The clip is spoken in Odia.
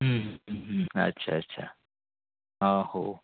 ହୁଁ ଆଚ୍ଛା ଆଚ୍ଛା ହଁ ହଉ